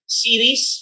series